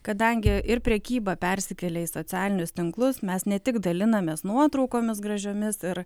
kadangi ir prekyba persikėlė į socialinius tinklus mes ne tik dalinamės nuotraukomis gražiomis ir